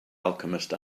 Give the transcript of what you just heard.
alchemist